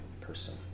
person